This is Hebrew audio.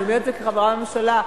אני אומרת את זה כחברה בממשלה.